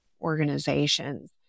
organizations